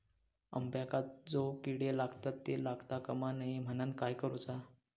अंब्यांका जो किडे लागतत ते लागता कमा नये म्हनाण काय करूचा?